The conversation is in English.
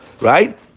right